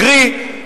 קרי,